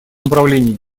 управлении